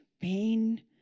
pain